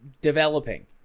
developing